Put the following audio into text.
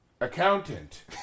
accountant